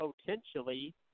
potentially